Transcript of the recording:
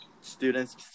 students